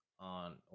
on